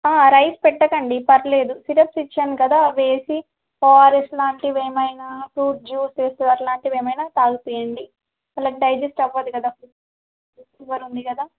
rice పెట్టకండి పర్లేదు syrups ఇచ్చాను కదా అవి వేసి ఓఆర్ఎస్ లాంటివి ఏమైనా ఫ్రూట్ జ్యూసెస్ అట్లాంటివి ఏమైనా తాగించండి వాళ్లకు డైజెస్ట్ అవ్వదు కదా ఫీవర్ ఉంది కదా